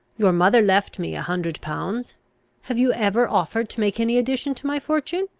your mother left me a hundred pounds have you ever offered to make any addition to my fortune?